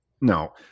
no